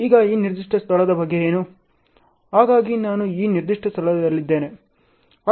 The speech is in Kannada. ಈಗ ಈ ನಿರ್ದಿಷ್ಟ ಸ್ಥಳದ ಬಗ್ಗೆ ಏನು ಹಾಗಾಗಿ ನಾನು ಈ ನಿರ್ದಿಷ್ಟ ಸ್ಥಳದಲ್ಲಿದ್ದೇನೆ